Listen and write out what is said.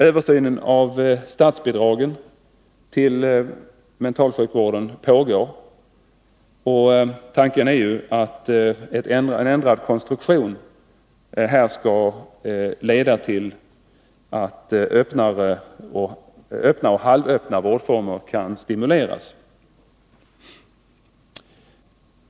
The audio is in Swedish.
Översynen av statsbidragen till mentalsjukvården pågår, och tanken är att en ändrad konstruktion här skall leda till att öppna och halvöppna vårdformer kan stimuleras.